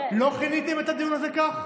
לא כיניתם את הדיון הזה כך?